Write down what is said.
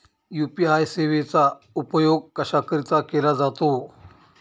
UPI सेवेचा उपयोग कशाकरीता केला जातो?